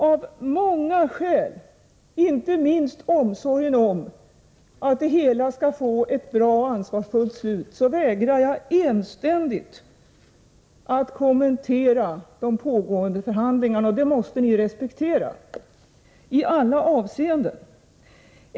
Av många skäl, inte minst omsorgen om att det hela skall få ett bra och ansvarsfullt slut, vägrar jag enständigt att kommentera de pågående förhandlingarna. Det måste ni respektera — i alla avseenden.